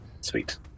Sweet